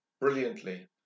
brilliantly